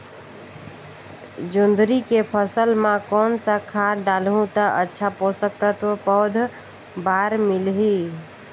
जोंदरी के फसल मां कोन सा खाद डालहु ता अच्छा पोषक तत्व पौध बार मिलही?